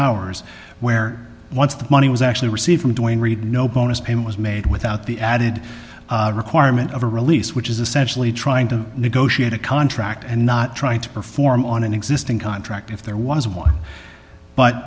hours where once the money was actually received from doing read no bonus payment was made without the added requirement of a release which is essentially trying to negotiate a contract and not trying to perform on an existing contract if there was one but